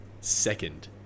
second